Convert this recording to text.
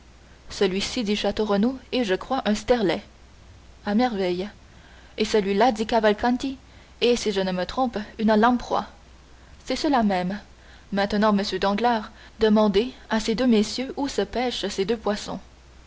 celui-ci dit château renaud est je crois un sterlet à merveille et celui-là dit cavalcanti est si je ne me trompe une lamproie c'est cela même maintenant monsieur danglars demandez à ces deux messieurs où se pêchent ces deux poissons